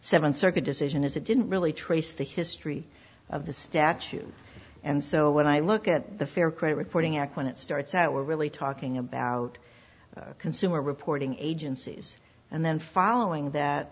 seventh circuit decision is it didn't really trace the history of the statute and so when i look at the fair credit reporting act when it starts out we're really talking about consumer reporting agencies and then following that